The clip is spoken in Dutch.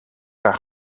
haar